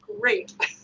great